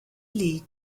lead